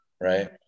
right